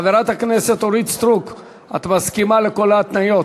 חברת הכנסת אורית סטרוק, את מסכימה לכל ההתניות